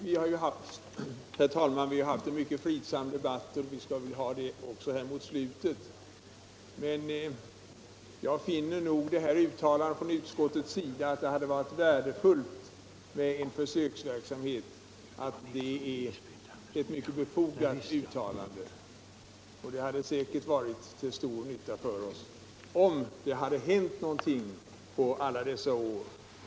Herr talman! Vi har hittills haft en mycket fridsam debatt och skall väl också ha det nu mot slutet. Men uttalandet från utskottets sida om att det hade varit värdefullt med en försöksverksamhet finner jag mycket befogat. Det hade säkert varit till stor nytta för oss om någonting hänt på alla dessa år.